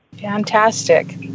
Fantastic